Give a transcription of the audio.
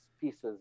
pieces